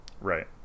Right